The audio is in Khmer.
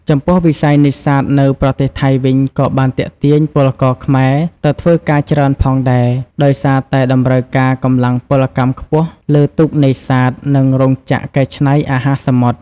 ចំពោះវិស័យនេសាទនៅប្រទេសថៃវិញក៏បានទាក់ទាញពលករខ្មែរទៅធ្វើការច្រើនផងដែរ ដោយសារតែតម្រូវការកម្លាំងពលកម្មខ្ពស់លើទូកនេសាទ និងរោងចក្រកែច្នៃអាហារសមុទ្រ ។